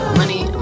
money